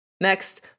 Next